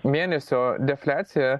mėnesio defliaciją